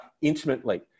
intimately